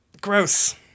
Gross